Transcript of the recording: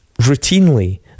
routinely